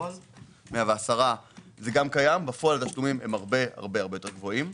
בפועל התשלומים הם הרבה-הרבה יותר גבוהים.